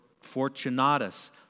Fortunatus